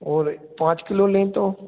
और पाँच किलो लें तो